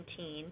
2019